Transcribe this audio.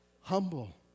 humble